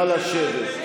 נא לשבת.